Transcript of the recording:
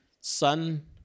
son